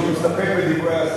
הוא מסתפק בדברי השר.